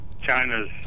China's